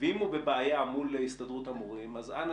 ואם הוא בבעיה מול הסתדרות המורים אז אנא